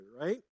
right